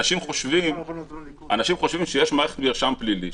אנשים חושבים שיש מערכת מרשם פלילי,